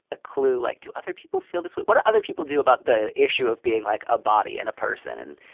a clue. like, do other people feel this way? what do other people do about the issue of being, like, a body and a person and.